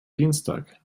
dienstag